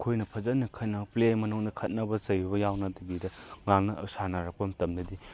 ꯑꯩꯈꯣꯏꯅ ꯐꯖꯅ ꯄ꯭ꯂꯦ ꯃꯅꯨꯡꯗ ꯈꯠꯅꯕ ꯆꯩꯕ ꯌꯥꯎꯅꯗꯕꯤꯗ ꯉꯥꯡꯅ ꯁꯥꯟꯅꯔꯛꯄ ꯃꯇꯝꯗꯗꯤ